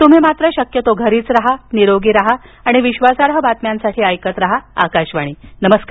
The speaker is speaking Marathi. तुम्ही मात्र शक्यतो घरीच राहा निरोगी राहा आणि विश्वासार्ह बातम्यांसाठी ऐकत राहा आकाशवाणी नमस्कार